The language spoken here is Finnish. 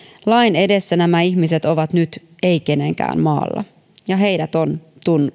lain edessä nämä ihmiset ovat nyt ei kenenkään maalla ja heidät on